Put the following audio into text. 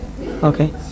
Okay